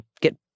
get